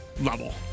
level